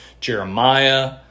Jeremiah